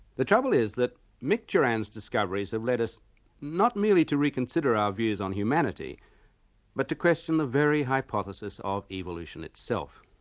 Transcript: the trouble is that micturans discoveries have led us not merely to reconsider our views on humanity but to question the very hypothesis of evolution itself.